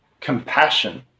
compassion